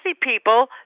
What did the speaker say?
people